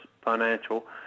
Financial